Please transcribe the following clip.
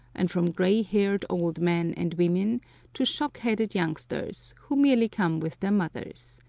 and from gray-haired old men and women to shock-headed youngsters, who merely come with their mothers.